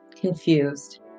confused